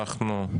אנחנו,